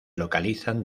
localizan